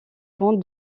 comte